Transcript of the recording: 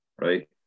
right